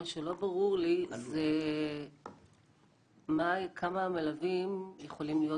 מה שלא ברור לי זה כמה מלווים יכולים להיות